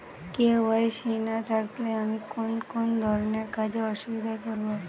KYC না থাকলে আমি কোন কোন ধরনের কাজে অসুবিধায় পড়ব?